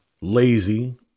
lazy